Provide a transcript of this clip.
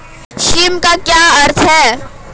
भीम का क्या अर्थ है?